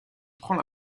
prend